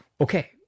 okay